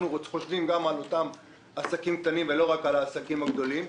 אנחנו חושבים גם על אותם עסקים קטנים ולא רק על העסקים הגדולים.